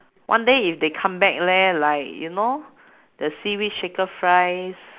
one day if they come back leh like you know the seaweed shaker fries